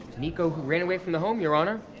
nico, who ran away from the home, your honor.